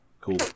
Cool